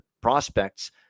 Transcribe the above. prospects